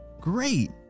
Great